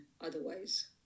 otherwise